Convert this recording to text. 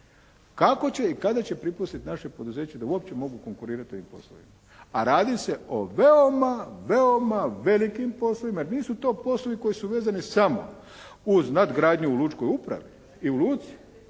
kako će i kada će prepustit naše poduzeće da uopće mogu konkurirati u ovim poslovima. A radi se o veoma, veoma velikim poslovima, jer nisu to poslovi koji su vezani samo uz nadgradnju u lučkoj upravi i u luci